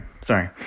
sorry